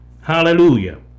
Hallelujah